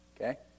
Okay